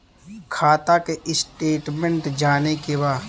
खाता के स्टेटमेंट जाने के बा?